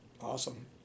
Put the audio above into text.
Awesome